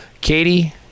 Katie